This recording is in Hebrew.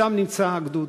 שם נמצא הגדוד.